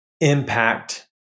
impact